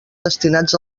destinats